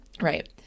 Right